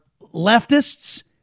leftists